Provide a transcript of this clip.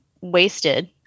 wasted